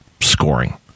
scoring